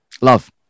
Love